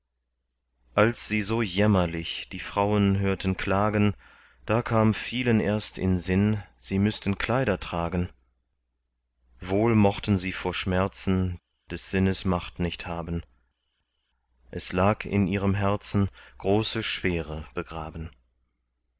als sie so jämmerlich die frauen hörten klagen da kam vielen erst in sinn sie müßten kleider tragen wohl mochten sie vor schmerzen des sinnes macht nicht haben es lag in ihrem herzen große schwere begraben